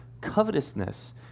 covetousness